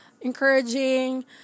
encouraging